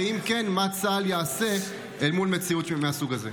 אם כן, מה צה"ל יעשה מול מציאות מהסוג הזה.